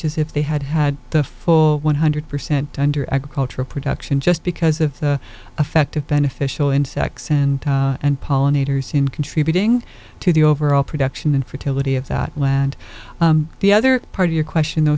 as if they had had the full one hundred percent under agricultural production just because of the effect of beneficial insects and and pollinators in contributing to the overall production and fertility of that land the other part of your question